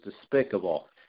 despicable